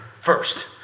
first